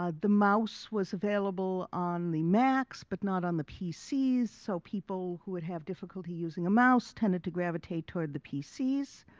ah the mouse was available on the macs but not on the pcs, so people who would have difficulty using a mouse tended to gravitate toward the pcs.